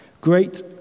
Great